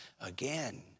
again